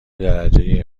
درجه